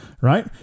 right